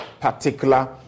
particular